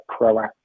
proactive